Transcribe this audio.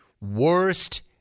worst